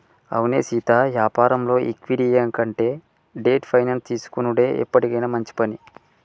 అవునే సీతా యాపారంలో ఈక్విటీ ఇయ్యడం కంటే డెట్ ఫైనాన్స్ తీసుకొనుడే ఎప్పటికైనా మంచి పని